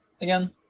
again